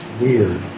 weird